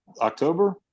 October